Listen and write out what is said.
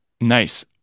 Nice